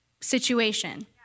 situation